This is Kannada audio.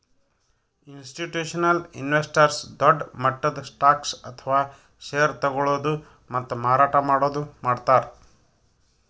ಇಸ್ಟಿಟ್ಯೂಷನಲ್ ಇನ್ವೆಸ್ಟರ್ಸ್ ದೊಡ್ಡ್ ಮಟ್ಟದ್ ಸ್ಟಾಕ್ಸ್ ಅಥವಾ ಷೇರ್ ತಗೋಳದು ಮತ್ತ್ ಮಾರಾಟ್ ಮಾಡದು ಮಾಡ್ತಾರ್